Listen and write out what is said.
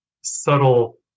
subtle